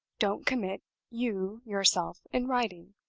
don't commit you yourself in writing.